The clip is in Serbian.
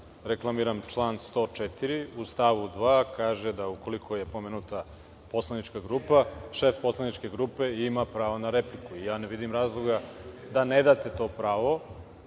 repliku. Reklamiram član 104. u stavu 2. kaže da ukoliko je pomenuta poslanička grupa, šef poslaničke grupe ima pravo na repliku. Ja ne vidim razloga da ne date to pravo. Neću